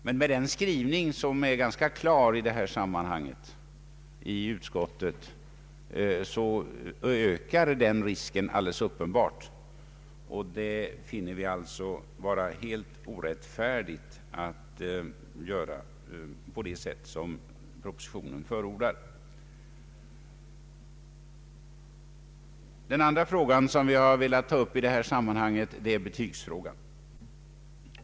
Men med den ganska klara skrivningen i utskottsutlåtandet ökar den risken uppenbart, och vi finner det alltså vara helt orättfärdigt att göra på det sätt som propositionen förordar. Den andra frågan som vi har velat ta upp i detta sammanhang gäller betygen.